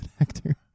actor